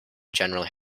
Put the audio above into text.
generally